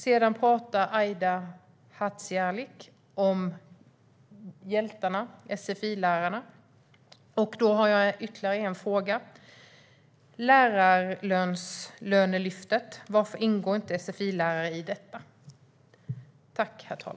Sedan talar Aida Hadzialic om hjältarna, sfi-lärarna. Jag har ytterligare en fråga. Varför ingår inte sfi-lärare i lärarlönelyftet?